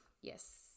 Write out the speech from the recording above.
Yes